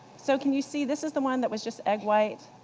so can you see, this is the one that was just egg white,